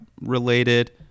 related